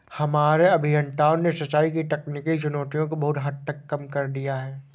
हमारे अभियंताओं ने सिंचाई की तकनीकी चुनौतियों को बहुत हद तक कम कर दिया है